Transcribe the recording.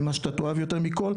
ומה שאתה תאהב יותר מכל,